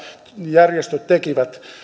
järjestöt tekivät